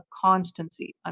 constancy